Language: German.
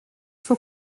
vor